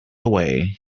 away